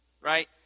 Right